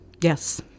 Yes